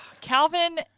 calvin